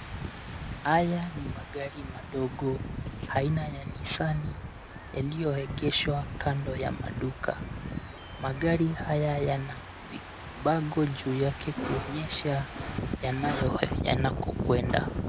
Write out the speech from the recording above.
Haya ni magari madogo aina ya Nissan yalioegeshwa kando ya maduka. Magari haya yana vibango juu yake kuonyesha yanakokwenda.